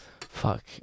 fuck